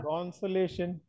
Consolation